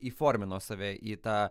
įformino save į tą